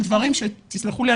תסלחו לי,